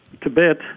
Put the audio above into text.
Tibet